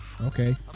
Okay